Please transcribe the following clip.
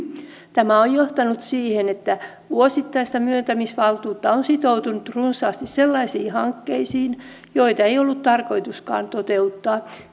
tämä on johtanut siihen että vuosittaista myöntämisvaltuutta on sitoutunut runsaasti sellaisiin hankkeisiin joita ei ole ollut tarkoituskaan toteuttaa